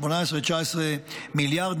19-18 מיליארד,